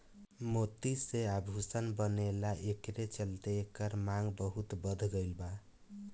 मोती से आभूषण बनेला एकरे चलते एकर मांग बहुत बढ़ गईल बा